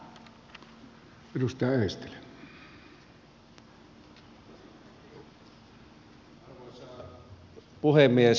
arvoisa puhemies